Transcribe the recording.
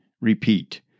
repeat